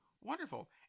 Wonderful